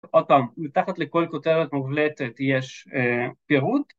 עוד פעם, מתחת לכל כותרת מובלטת יש פירוט,